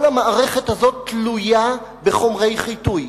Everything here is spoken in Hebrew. כל המערכת הזאת תלויה בחומרי חיטוי.